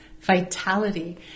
Vitality